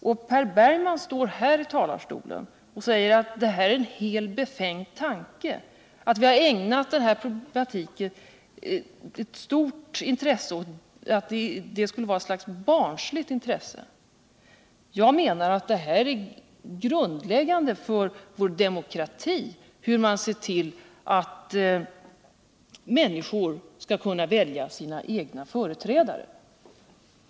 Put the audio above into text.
Och Per Bergman står här i talarstolen och säger att detta är en befängd tanke och att det stora intresse vi ägnat åt den här problematiken skulle vara något slags barnsligt intresse. Jag menar det är grundläggande för vår demokrati hur vi ser till att människor kan välja sina egna företrädare.